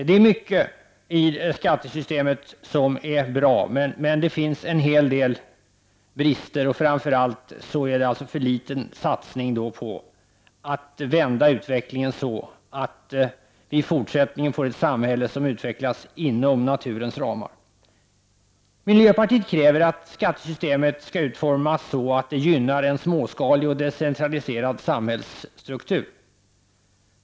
Det är mycket i skattesystemet som är bra, men det finns en hel del brister. Framför allt görs det en för liten satsning på att vända utvecklingen, så att vi i fortsättningen får ett samhälle som utvecklas inom naturens ramar. Miljöpartiet kräver att skattesystemet skall utformas så, att det gynnar en småskalig och decentraliserad samhällsstruktur.